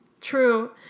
True